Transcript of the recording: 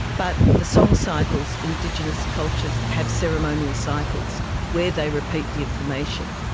but the song cycles, indigenous cultures have ceremonial cycles where they repeat the information,